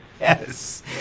Yes